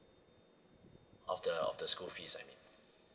of the of the school fees I mean